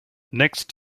next